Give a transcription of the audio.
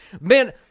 man